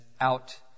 out